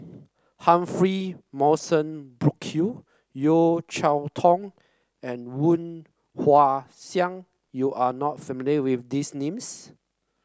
Humphrey Morrison Burkill Yeo Cheow Tong and Woon Wah Siang you are not familiar with these names